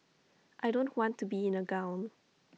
I don't want to be in A gown